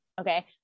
okay